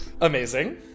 Amazing